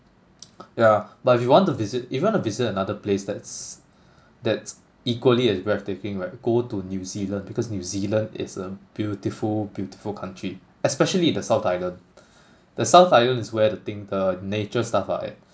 yeah but if you want to visit if you want to visit another place that's that's equally as breathtaking right go to New Zealand because New Zealand is a beautiful beautiful country especially in the south island the south island is where the thing the nature stuff lah